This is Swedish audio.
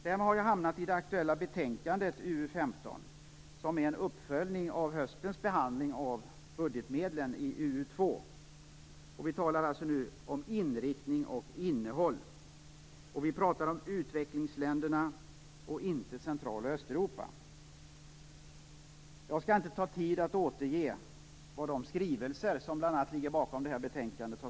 Därmed hamnar jag i det aktuella betänkandet UU15, som är en uppföljning av höstbehandlingen av budgetmedlen i UU2. Vi talar alltså nu om inriktning och innehåll. Vi talar om utvecklingsländerna, inte om Central och Östeuropa. Jag skall inte uppta tid med att återge vad som sägs i de skrivelser som bl.a. ligger bakom dagens betänkande.